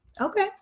Okay